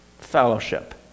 fellowship